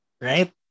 right